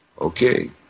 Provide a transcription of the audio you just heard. Okay